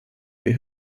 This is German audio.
wir